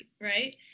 right